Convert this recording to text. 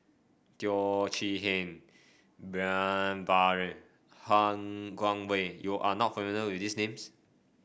Teo Chee Hean Brian Farrell Han Guangwei you are not familiar with these names